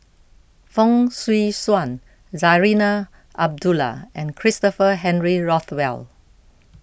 Fong Swee Suan Zarinah Abdullah and Christopher Henry Rothwell